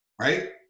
right